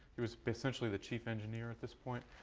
he was essentially the chief engineer at this point.